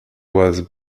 was